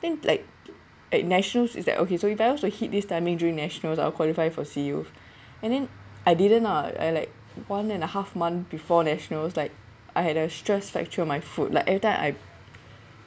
things like at nationals is that okay so you target to hit this timing during national's I'll qualify for SEA youth and then I didn't lah I like one and a half months before national's like I had a stress fracture of my foot like every time I